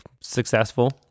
successful